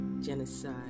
genocide